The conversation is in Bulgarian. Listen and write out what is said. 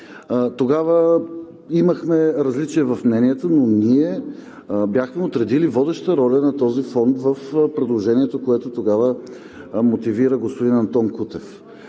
Тогава имахме различия в мненията, но бяхме отредили водеща роля на този фонд в предложението, което тогава мотивира господин Антон Кутев.